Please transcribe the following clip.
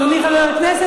אדוני חבר הכנסת,